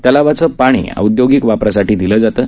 तलावाचे पाणी औद्योगिक वापरासाठी दिलं जातं